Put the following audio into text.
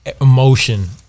emotion